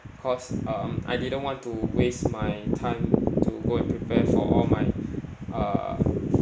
cause um I didn't want to waste my time to go and prepare for all my uh